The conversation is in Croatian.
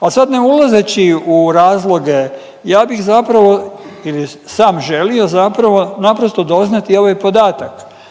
A sad ne ulazeći u razloge ja bih zapravo ili sam želio zapravo naprosto doznati ovaj podatak,